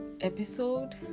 episode